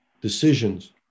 decisions